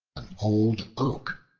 old oak,